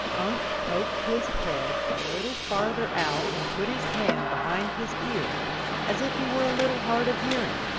unc' poked his head a little farther out and put his hand behind his ear as if he were a little hard of hearing.